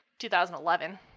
2011